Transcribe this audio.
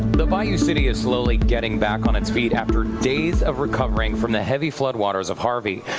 the bayou city is slowly getting pack on its feet after days of recovering from the heavy floodwaters of harvey.